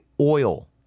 oil